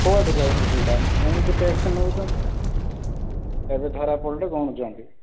କୁଆଡ଼େ ଯାଉଛି ସେଇଟା ଏମିତି ଟ୍ୟାକ୍ସ ନେଉଛନ୍ତି ଏବେ ଧରା ପଡ଼ିଲେ ଗଣୁଛନ୍ତି